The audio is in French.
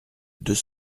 deux